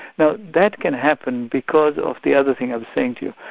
now that can happen because of the other thing i was saying to you,